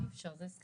נכון, אין סימטריה.